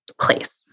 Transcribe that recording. place